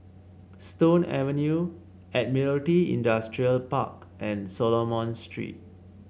Stone Avenue Admiralty Industrial Park and Solomon Street